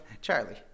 Charlie